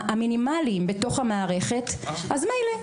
המינימליים בתוך המערכת אז מילא,